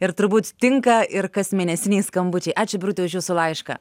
ir turbūt tinka ir kasmėnesiniai skambučiai ačiū birute už jūsų laišką